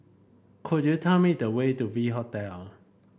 could you tell me the way to V Hotel